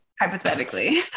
Hypothetically